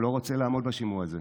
הוא לא רוצה לעמוד בשימוע הזה,